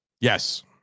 Yes